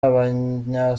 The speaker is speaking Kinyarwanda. abanya